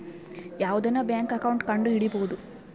ಯಾವ್ದನ bank account ಕಂಡುಹಿಡಿಬೋದು